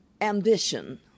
ambition